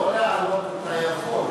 לא להעלות אתה יכול,